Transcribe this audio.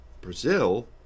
Brazil